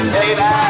Baby